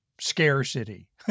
scarcity